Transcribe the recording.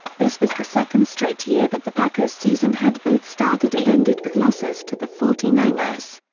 this was the second straight year that the packers' season had both started and ended with losses to the forty nine ers.